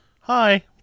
hi